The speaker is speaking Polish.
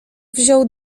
wziął